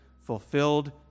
fulfilled